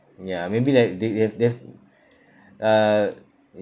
ya maybe like they they have they have uh